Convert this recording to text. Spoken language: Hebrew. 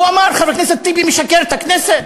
הוא אמר: חבר הכנסת טיבי משקר את הכנסת.